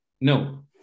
No